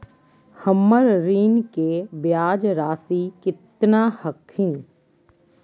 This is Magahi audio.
हमर ऋण के ब्याज रासी केतना हखिन?